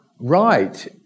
Right